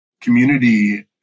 community